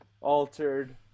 altered